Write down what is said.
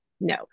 No